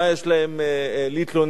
מה יש להם להתלונן.